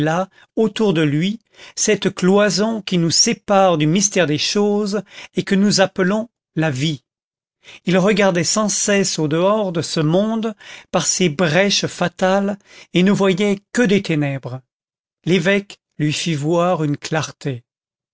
autour de lui cette cloison qui nous sépare du mystère des choses et que nous appelons la vie il regardait sans cesse au dehors de ce monde par ces brèches fatales et ne voyait que des ténèbres l'évêque lui fit voir une clarté